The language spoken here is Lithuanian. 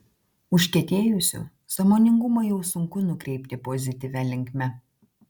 užkietėjusių sąmoningumą jau sunku nukreipti pozityvia linkme